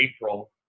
April